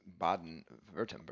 Baden-Württemberg